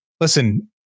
listen